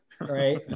right